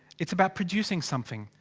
it's about producing something.